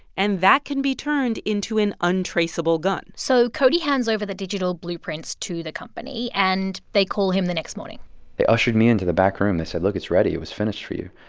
and that can be turned into an untraceable gun so cody hands over the digital blueprints to the company. and they call him the next morning they ushered me into the back room. they said, look. it's ready. it was finished for you.